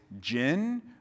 gin